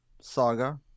Saga